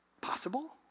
Possible